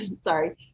sorry